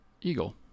eagle